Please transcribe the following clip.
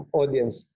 audience